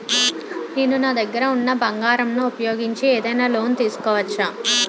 నేను నా దగ్గర ఉన్న బంగారం ను ఉపయోగించి ఏదైనా లోన్ తీసుకోవచ్చా?